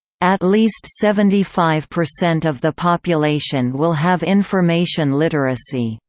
at least seventy five percent of the population will have information literacy.